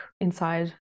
inside